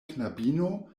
knabino